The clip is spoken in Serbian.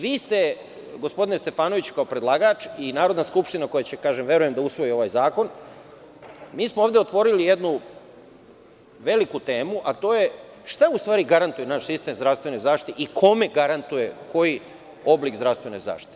Vi ste, gospodine Stefanoviću, kao predlagač i Narodna skupština koja će, kažem, verujem da usvoji ovaj zakon, mi smo ovde otvorili jednu veliku temu, a to je šta u stvari garantuje naš sistem zdravstvene zaštite i kome garantuje koji oblik zdravstvene zaštite?